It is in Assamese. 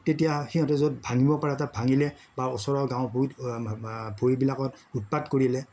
তেতিয়া সিহঁতে য'ত ভাঙিব পাৰে ভাঙিলে বা ওচৰৰ গাঁওবোৰ বৰিবিলাকত উৎপাত কৰিলে